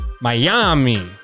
miami